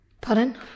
Pardon